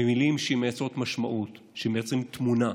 במילים שמייצרות משמעות, שמייצרות תמונה.